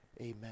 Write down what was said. Amen